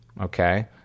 Okay